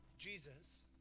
Jesus